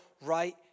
right